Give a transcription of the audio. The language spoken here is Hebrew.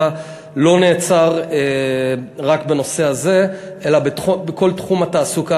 לא נעצרה רק בנושא הזה אלא בכל תחום התעסוקה.